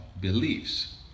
beliefs